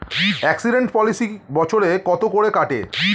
Accident policy বছরে কত করে কাটে?